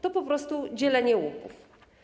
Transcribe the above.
To po prostu dzielenie łupów.